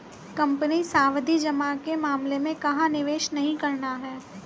Company सावधि जमा के मामले में कहाँ निवेश नहीं करना है?